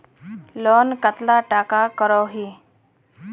Loan कतला टाका करोही?